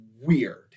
weird